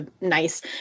nice